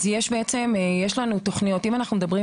אני אתן דוגמה